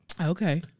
Okay